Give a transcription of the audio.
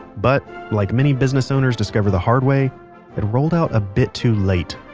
but like many business owners discover the hard way it rolled out a bit too late.